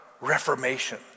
Reformation